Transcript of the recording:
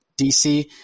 DC